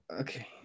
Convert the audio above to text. Okay